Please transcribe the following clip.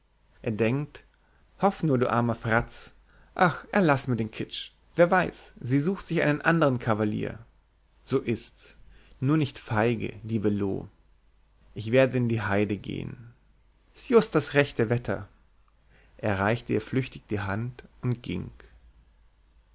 er denkt hoff nur du armer fratz ach erlaß mir den kitsch wer weiß sie sucht sich einen andern cavalier so ist's nur nicht feige liebe loo ich werde in die heide gehn s ist just das rechte wetter er reichte ihr flüchtig die hand und ging